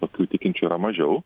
tokių tikinčių yra mažiau